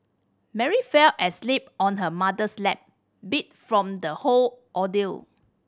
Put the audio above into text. Mary fell asleep on her mother's lap beat from the whole ordeal